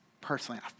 Personally